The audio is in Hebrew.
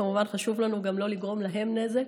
כמובן, חשוב לנו גם לא לגרום להם נזק.